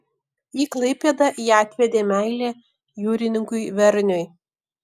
į klaipėdą ją atvedė meilė jūrininkui verniui